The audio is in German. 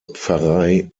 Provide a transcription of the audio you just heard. pfarrei